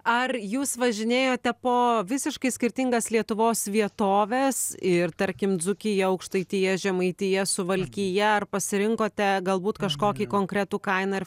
ar jūs važinėjote po visiškai skirtingas lietuvos vietoves ir tarkim dzūkija aukštaitija žemaitija suvalkija ar pasirinkote galbūt kažkokį konkretų kaimą ir